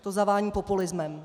To zavání populismem.